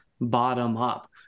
bottom-up